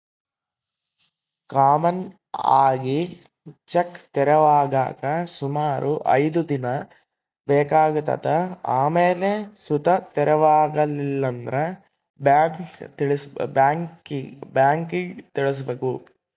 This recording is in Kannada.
ಕಾಮನ್ ಆಗಿ ಚೆಕ್ ತೆರವಾಗಾಕ ಸುಮಾರು ಐದ್ ದಿನ ಬೇಕಾತತೆ ಆಮೇಲ್ ಸುತ ತೆರವಾಗಿಲ್ಲಂದ್ರ ಬ್ಯಾಂಕಿಗ್ ತಿಳಿಸ್ಬಕು